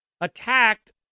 attacked